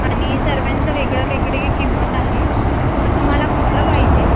आणि सर्वांचं वेगवेगळी किंमत आहे तर तुम्हाला कुठलं पाहिजे